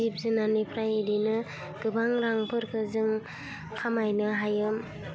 जिब जुनानिफ्राय बिदिनो गोबां रांफोरखौ जों खामायनो हायो